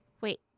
Wait